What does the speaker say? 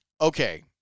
Okay